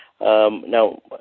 now